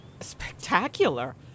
spectacular